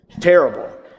Terrible